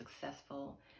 successful